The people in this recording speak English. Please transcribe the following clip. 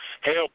help